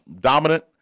dominant